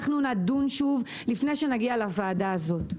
אנחנו נדון שוב לפני שנגיע לוועדה הזאת.